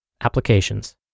Applications